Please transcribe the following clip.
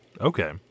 Okay